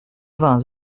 vingts